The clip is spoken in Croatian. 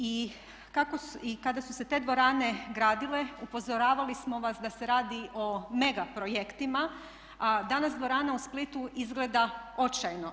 I kada su se te dvorane gradile upozoravali smo vas da se radi o mega projektima, a danas dvorana u Splitu izgleda očajno.